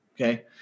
okay